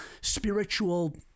spiritual